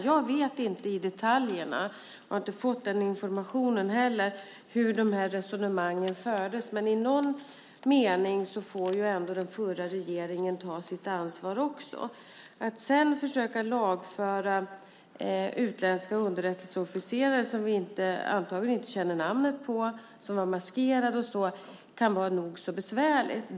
Jag känner inte till detaljerna och har inte fått information om hur resonemangen fördes, men i någon mening får ändå den förra regeringen också ta sitt ansvar. Att försöka lagföra utländska underrättelseofficerare som vi antagligen inte känner till namnen på och som var maskerade kan vara nog så besvärligt.